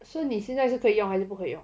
so 你现在是可以用还是不可以用